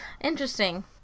interesting